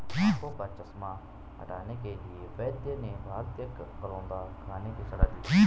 आंखों का चश्मा हटाने के लिए वैद्य ने भारतीय करौंदा खाने की सलाह दी